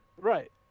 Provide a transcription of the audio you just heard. Right